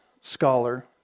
scholar